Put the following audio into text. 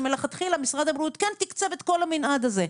כשמלכתחילה משרד הבריאות כן תקצב את כל המנעד הזה?